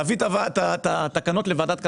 להביא את התקנות לוועדת הכלכלה,